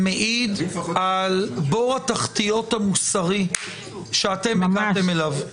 מעיד על בור התחתיות המוסרי שהגעתם אליו.